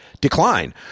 decline